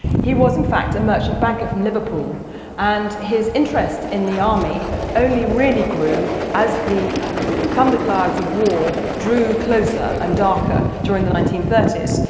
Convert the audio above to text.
he was in fact a merchant banker from liverpool and his interest in the army only really grew as the thunderclouds of war drew closer and darker during the nineteen thirty s.